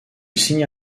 signe